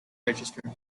register